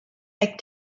ike